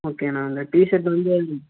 okay அண்ணா இல்லை T shirt வந்து